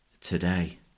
today